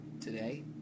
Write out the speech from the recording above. today